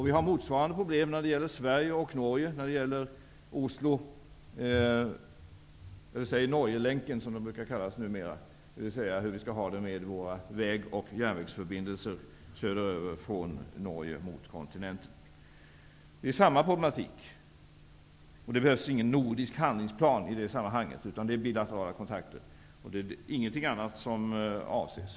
Vi har motsvarande problem mellan Sverige och Norge -- Norgelänken, som den brukar kallas numera -- om hur vi skall ha det med våra väg och järnvägsförbindelser söderöver mot kontinenten. Där är det samma problematik. Det behövs ingen nordisk handlingsplan i det sammanhanget utan bilaterala kontakter. Det är ingenting annat som avses.